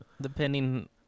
depending